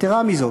יתרה מזאת,